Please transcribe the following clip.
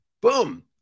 boom